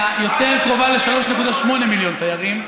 אלא יותר קרובה ל-3.8 מיליון תיירים.